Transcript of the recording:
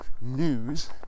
news